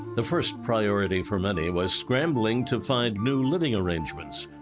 the first priority for many was scrambling to find new living arrangements.